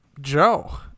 Joe